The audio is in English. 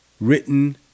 written